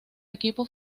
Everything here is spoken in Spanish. equipo